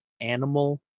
Animal